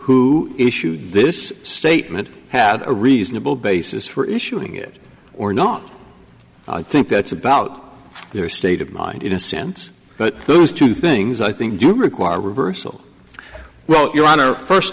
who issued this statement had a reasonable basis for issuing it or not i think that's about their state of mind in a sense but those two things i think do require a reversal well your honor first